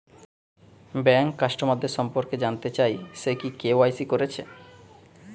bank কাস্টমারদের সম্পর্কে জানতে চাই সে কি কে.ওয়াই.সি কোরেছে